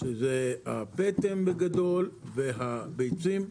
שזה הפטם בגדול, והביצים.